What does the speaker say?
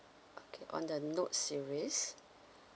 okay on the notes you wish